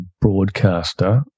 broadcaster